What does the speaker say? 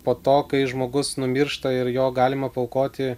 po to kai žmogus numiršta ir jo galima paaukoti